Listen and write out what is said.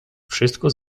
wszystko